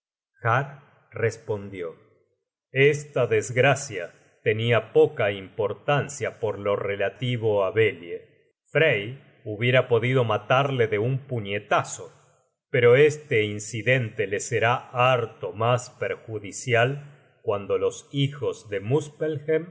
respondió esta desgracia tenia poca importancia por lo relativo á belie frey hubiera podido matarle de un puñetazo pero este incidente le será harto mas perjudicial cuando los hijos de